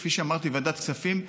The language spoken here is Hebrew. כפי שאמרתי בוועדת הכספים,